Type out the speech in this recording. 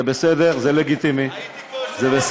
זה בסדר, זה לגיטימי.